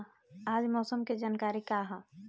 आज मौसम के जानकारी का ह?